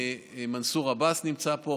מנסור עבאס נמצא פה,